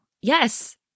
Yes